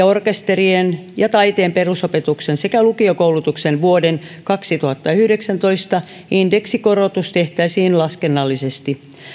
orkestereiden ja taiteen perusopetuksen sekä lukiokoulutuksen vuoden kaksituhattayhdeksäntoista indeksikorotus tehtäisiin laskennallisesti